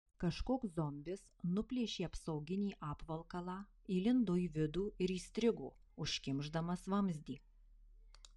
kažkoks zombis nuplėšė apsauginį apvalkalą įlindo į vidų ir įstrigo užkimšdamas vamzdį